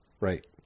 right